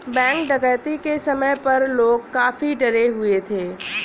bank डकैती के समय पर लोग काफी डरे हुए थे